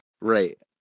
right